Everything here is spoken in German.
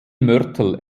mörtel